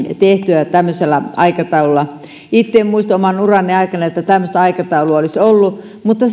tehtyä tämmöisellä aikataululla itse en muista oman urani aikana että tämmöistä aikataulua olisi ollut mutta